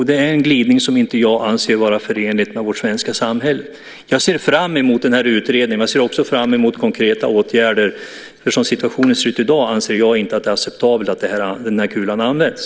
Det är en glidning som jag inte anser vara förenlig med vårt svenska samhälle. Jag ser fram emot utredningen, men jag ser också fram emot konkreta åtgärder. Som situationen ser ut i dag anser jag nämligen inte att det är acceptabelt att den kulan används.